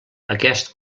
aquest